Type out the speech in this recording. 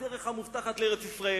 הדרך המובטחת לארץ-ישראל,